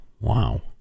Wow